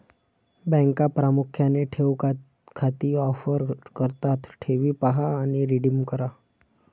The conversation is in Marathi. बँका प्रामुख्याने ठेव खाती ऑफर करतात ठेवी पहा आणि रिडीम करा